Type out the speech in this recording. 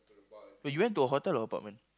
wait you went to a hotel or apartment